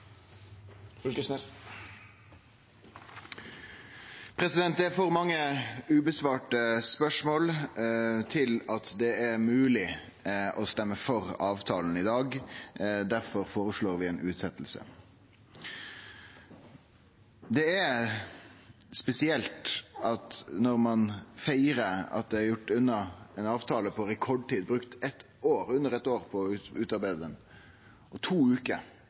Det er for mange spørsmål utan svar til at det er mogleg å stemme for avtalen i dag. Difor føreslår vi ei utsetjing. Det er spesielt at når ein feirar at ein har gjort unna ein avtale på rekordtid, brukt under eit år på å utarbeide han, og på to